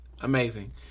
Amazing